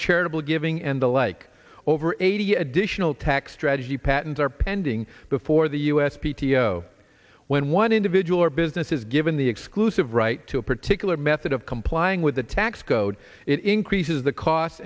charitable giving and the like over eighty additional tax strategy patents are pending before the us p t o when one individual or business is given the exclusive right to a particular method of complying with the tax code it increases the cost